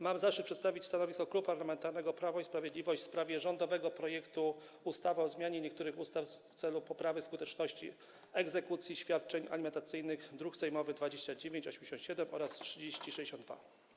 Mam zaszczyt przedstawić stanowisko Klubu Parlamentarnego Prawo i Sprawiedliwość w sprawie rządowego projektu ustawy o zmianie niektórych ustaw w celu poprawy skuteczności egzekucji świadczeń alimentacyjnych, druki nr 2987 i 3062.